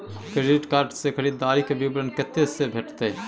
Credit card से खरीददारी के विवरण कत्ते से भेटतै?